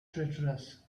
traitorous